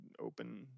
open